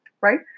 right